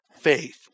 faith